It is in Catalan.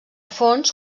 fons